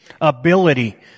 ability